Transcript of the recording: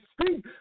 speak